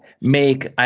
make